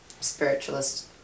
spiritualist